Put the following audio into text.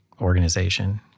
organization